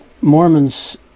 Mormons